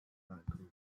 vancouver